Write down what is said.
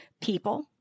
people